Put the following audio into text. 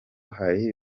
hari